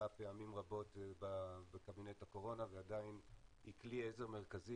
פעמים רבות בקבינט הקורונה ועדיין היא כלי עזר מרכזי